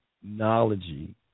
technology